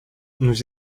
nous